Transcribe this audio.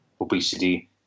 obesity